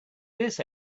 this